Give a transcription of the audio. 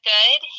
Good